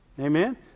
Amen